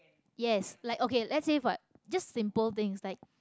yes like okay let's say for just simple things like